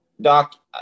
Doc